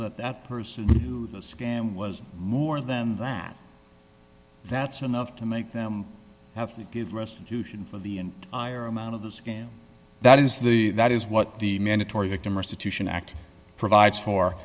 that that person who the scam was more than that that's enough to make them have to give restitution for the and i or amount of the scam that is the that is what the mandatory victim or situation act provides for